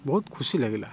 ବହୁତ ଖୁସିଲାଗିଲା